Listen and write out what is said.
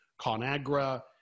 ConAgra